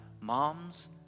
moms